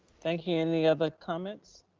thank you, any other comments?